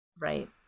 Right